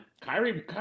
Kyrie